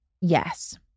Yes